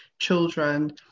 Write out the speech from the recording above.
children